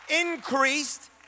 increased